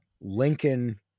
Lincoln